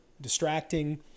distracting